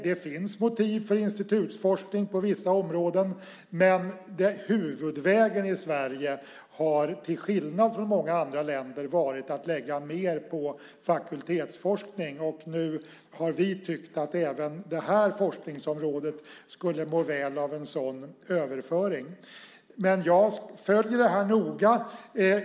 Det finns motiv för institutsforskning på vissa områden, men huvudvägen i Sverige har, till skillnad från många andra länder, varit att lägga mer på fakultetsforskning. Nu har vi tyckt att även det här forskningsområdet skulle må väl av en sådan överföring. Men jag följer det här noga.